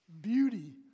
Beauty